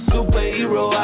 Superhero